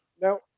Now